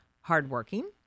hardworking